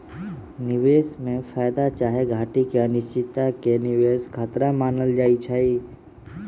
निवेश में फयदा चाहे घटि के अनिश्चितता के निवेश खतरा मानल जाइ छइ